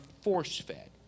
force-fed